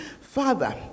Father